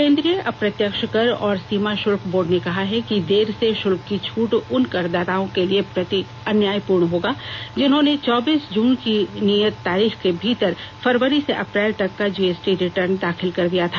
केंद्रीय अप्रत्यक्ष कर और सीमा शुल्क बोर्ड ने कहा है कि देर से शुल्क की छूट उन करदाताओं के प्रति अन्यायपूर्ण होगी जिन्होंने चौबीस जून की नियत तारीख के भीतर फरवरी से अप्रैल तक का जीएसटी रिटर्न दाखिल कर दिया था